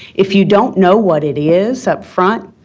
if you don't know what it is upfront,